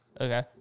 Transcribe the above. Okay